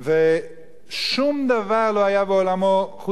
שום דבר לא היה בעולמו חוץ מזה.